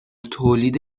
تولید